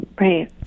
Right